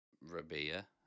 Rabia